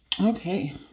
Okay